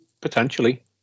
Potentially